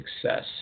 success